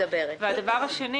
דבר שני